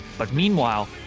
but meanwhile,